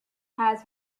has